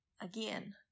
again